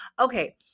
Okay